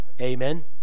Amen